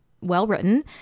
well-written